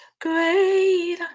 great